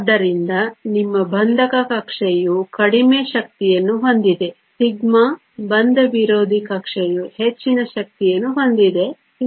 ಆದ್ದರಿಂದ ನಿಮ್ಮ ಬಂಧಕ ಕಕ್ಷೆಯು ಕಡಿಮೆ ಶಕ್ತಿಯನ್ನು ಹೊಂದಿದೆ σ ಬಂಧ ವಿರೋಧಿ ಕಕ್ಷೆಯು ಹೆಚ್ಚಿನ ಶಕ್ತಿಯನ್ನು ಹೊಂದಿದೆ σ